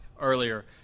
earlier